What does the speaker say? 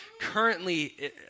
currently